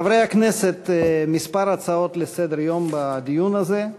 חברי הכנסת, כמה הצעות לסדר-היום בדיון הזה.